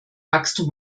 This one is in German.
wachstum